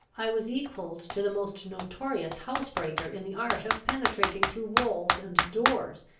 i was equalled to the most notorious housebreaker in the art of penetrating through walls and doors,